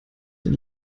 den